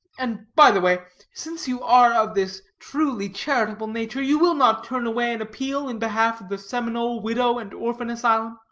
and, by-the-way, since you are of this truly charitable nature, you will not turn away an appeal in behalf of the seminole widow and orphan asylum?